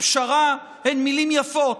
"פשרה" הן מילים יפות,